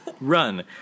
Run